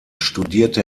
studierte